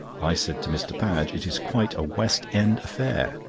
i said to mr. padge it is quite a west end affair,